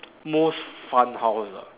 most fun house ah